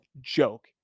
joke